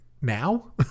Now